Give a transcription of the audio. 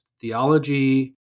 theology